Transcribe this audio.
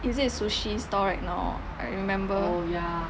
is it sushi stall right now I remember